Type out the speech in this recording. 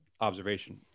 observation